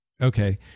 Okay